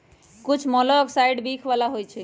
कुछ मोलॉक्साइड्स विख बला होइ छइ